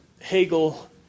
Hegel